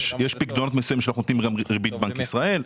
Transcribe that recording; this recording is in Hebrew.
יש פיקדונות מסוימים שאנחנו נותנים בהם ריבית בנק ישראל.